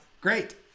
Great